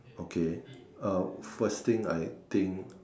okay uh first thing I think